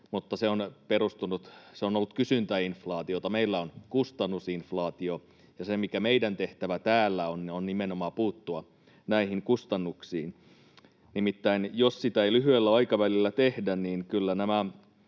mutta se on ollut kysyntäinflaatiota. Meillä on kustannusinflaatio. Ja se, mikä meidän tehtävämme täällä on, on nimenomaan puuttua näihin kustannuksiin. Nimittäin jos sitä ei lyhyellä aikavälillä tehdä, niin kyllä nämä